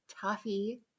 toffee